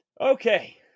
Okay